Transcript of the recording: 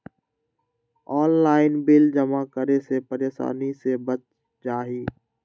Online bill जमा करे से परेशानी से बच जाहई?